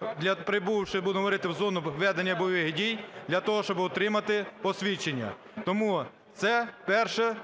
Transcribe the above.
хто, прибувши, будемо говорити, в зону ведення бойових дій для того, щоби отримати посвідчення, тому це перше,